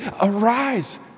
Arise